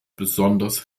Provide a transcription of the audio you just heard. besonders